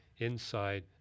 inside